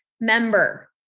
member